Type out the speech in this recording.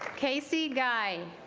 casey guy